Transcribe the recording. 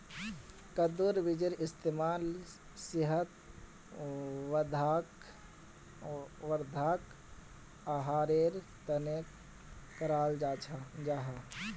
कद्दुर बीजेर इस्तेमाल सेहत वर्धक आहारेर तने कराल जाहा